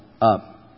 up